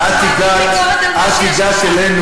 הוא מעביר ביקורת על מה שיש עכשיו.